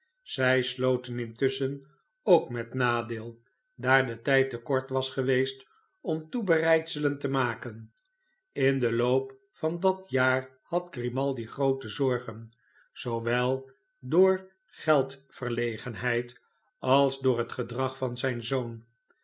zij sloten intusschen ook met nadeel daar de tijd te kort was geweest om toebereidselen te maken in den loop van dat jaar had grimaldi groote iu jozef grimaldi zorgen zoowel door gejdverlegenheid als door het gedrag van zijn zoon